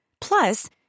Plus